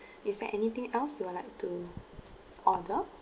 is there anything else you will like to order